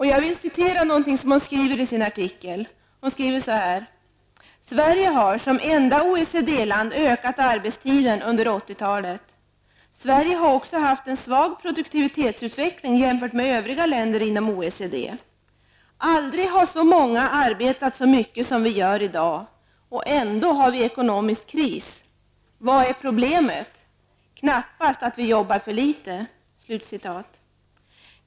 Hon skriver bl.a.: ''Sverige har som enda OECD-land ökat arbetstiden under 80-talet. Sverige har också haft en svag produktivitetsutveckling jämfört med övriga länder inom OECD. Aldrig har så många arbetat så mycket som vi gör i dag och ändå har vi ekonomisk kris. Vad är problemet? Knappast att vi jobbar för litet.''